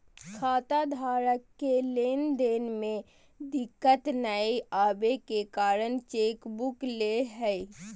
खाताधारक के लेन देन में दिक्कत नयय अबे के कारण चेकबुक ले हइ